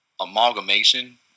amalgamation